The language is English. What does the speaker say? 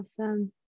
Awesome